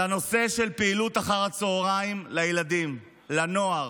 על הנושא של פעילות אחר הצוהריים לילדים, לנוער.